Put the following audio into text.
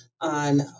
on